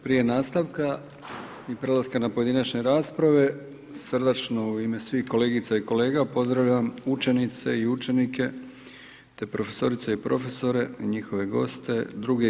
Prije nastavka i prelaska na pojedinačne rasprave, srdačno u ime svih kolegica i kolega, pozdravljam učenice i učenike, te profesorice i profesore, i njihove goste, II.